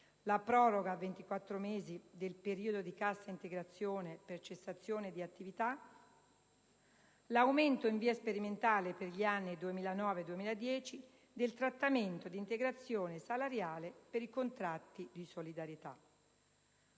la proroga a 24 mesi del periodo di cassa integrazione per cessazione di attività; l'aumento, in via sperimentale per gli anni 2009-2010, del trattamento di integrazione salariale per i contratti di solidarietà».